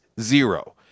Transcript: Zero